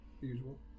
usual